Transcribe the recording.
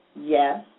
yes